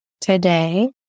today